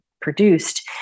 produced